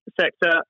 sector